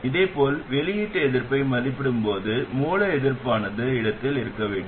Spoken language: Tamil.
இதேபோல் வெளியீட்டு எதிர்ப்பை மதிப்பிடும் போது மூல எதிர்ப்பானது இடத்தில் இருக்க வேண்டும்